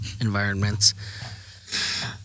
environments